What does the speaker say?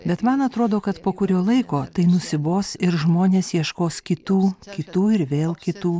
bet man atrodo kad po kurio laiko tai nusibos ir žmonės ieškos kitų kitų ir vėl kitų